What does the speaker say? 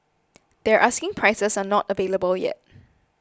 their asking prices are not available yet